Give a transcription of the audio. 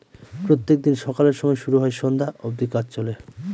প্রত্যেক দিন সকালের সময় শুরু হয় সন্ধ্যা অব্দি কাজ চলে